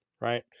right